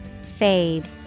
Fade